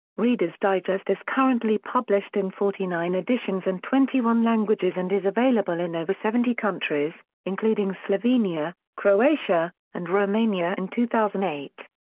reader's digest is currently published in forty nine editions and twenty one languages and is available in over seventy countries, including slovenia, croatia, and romania in two thousand and eight.